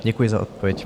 Děkuji za odpověď.